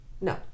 No